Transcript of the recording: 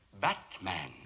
Batman